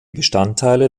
bestandteile